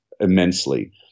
immensely